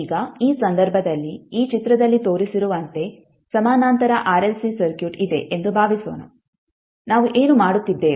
ಈಗ ಈ ಸಂದರ್ಭದಲ್ಲಿ ಈ ಚಿತ್ರದಲ್ಲಿ ತೋರಿಸಿರುವಂತೆ ಸಮಾನಾಂತರ ಆರ್ಎಲ್ಸಿ ಸರ್ಕ್ಯೂಟ್ ಇದೆ ಎಂದು ಭಾವಿಸೋಣ ನಾವು ಏನು ಮಾಡುತ್ತಿದ್ದೇವೆ